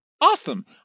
Awesome